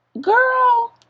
girl